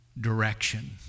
direction